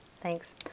thanks